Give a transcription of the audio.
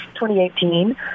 2018